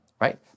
right